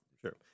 Sure